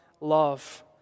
love